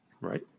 Right